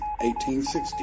1860